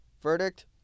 Verdict